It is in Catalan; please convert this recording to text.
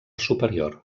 superior